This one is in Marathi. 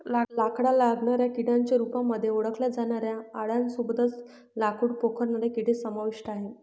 लाकडाला लागणाऱ्या किड्यांच्या रूपामध्ये ओळखल्या जाणाऱ्या आळ्यां सोबतच लाकूड पोखरणारे किडे समाविष्ट आहे